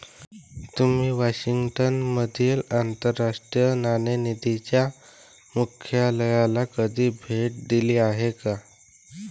तुम्ही वॉशिंग्टन मधील आंतरराष्ट्रीय नाणेनिधीच्या मुख्यालयाला कधी भेट दिली आहे का?